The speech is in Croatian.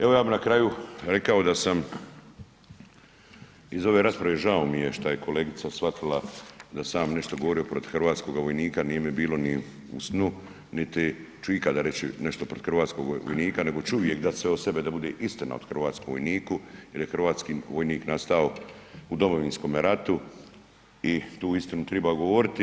Evo ja bih na kraju rekao da sam iz ove rasprave, žao mi je šta kolegica shvatila da sam ja nešto govorio protiv hrvatskoga vojnika, nije mi bilo ni u snu niti ću ikada reći nešto protiv hrvatskog vojnika nego ću uvijek dati sve od sebe da bude istina o hrvatskom vojniku jer je hrvatski vojnik nastao u Domovinskom ratu i tu istinu treba govoriti.